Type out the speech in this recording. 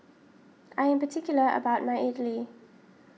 I am particular about my Idili